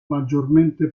maggiormente